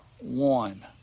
one